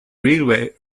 railway